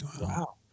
Wow